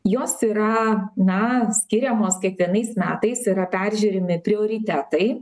jos yra na skiriamos kiekvienais metais yra peržiūrimi prioritetai